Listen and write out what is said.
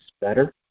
better